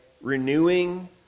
renewing